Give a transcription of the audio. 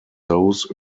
those